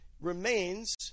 remains